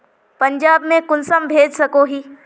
पंजाब में कुंसम भेज सकोही?